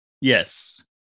Yes